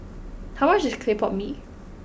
how much is Clay Pot Mee